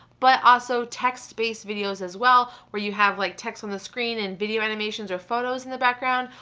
but also text based videos as well where you have like text on the screen and video animations or photos in the background,